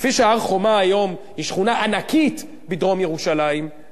כפי שהר-חומה היום היא שכונה ענקית בדרום ירושלים,